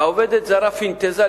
והעובדת הזרה פנטזה,